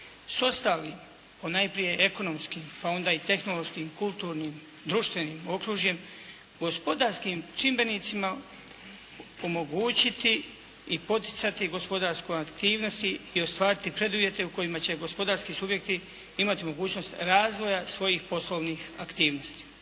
ostalim ponajprije ekonomskim pa onda i tehnološkim, kulturnim, društvenim okružjem, gospodarskim čimbenicima omogućiti i poticati gospodarske aktivnosti i ostvariti preduvjete u kojima će gospodarski subjekti imati mogućnost razvoja svojih poslovnih aktivnosti.